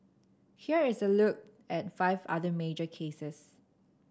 here is a look at five other major cases